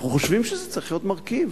אנחנו חושבים שזה צריך להיות מרכיב,